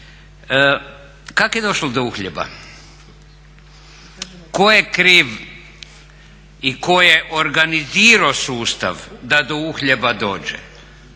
Kako je došlo do uhljeba. Tko je kriv i tko je organizirao sustav da do uhljeba dođe?